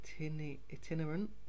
itinerant